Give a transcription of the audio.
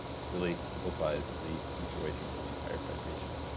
this really simplifies the punctuation for the entire citation.